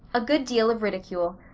a good deal of ridicule.